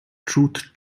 truth